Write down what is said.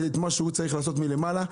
את מה שהוא צריך לעשות מלמעלה.